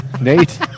Nate